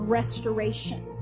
restoration